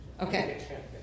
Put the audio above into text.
Okay